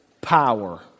power